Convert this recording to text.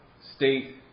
state